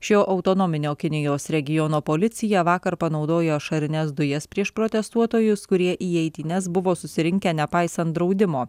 šio autonominio kinijos regiono policija vakar panaudojo ašarines dujas prieš protestuotojus kurie į eitynes buvo susirinkę nepaisan draudimo